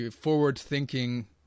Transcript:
forward-thinking